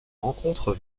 rencontre